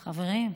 חברים,